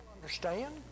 understand